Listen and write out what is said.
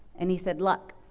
and he said, luck.